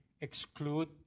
exclude